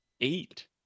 eight